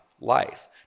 life